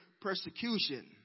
persecution